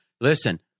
listen